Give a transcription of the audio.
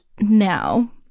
now